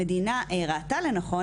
המדינה ראתה לנכון,